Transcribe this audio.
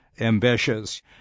ambitious